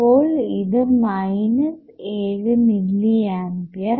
അപ്പോൾ ഇത് minus 7 milli ampere